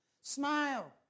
smile